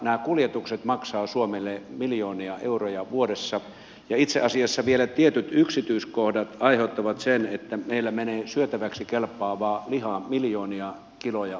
nämä kuljetukset maksavat suomelle miljoonia euroja vuodessa ja itse asiassa vielä tietyt yksityiskohdat aiheuttavat sen että meillä menee syötäväksi kelpaavaa lihaa miljoonia kiloja tuhottavaksi